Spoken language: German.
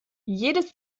jedes